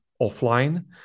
offline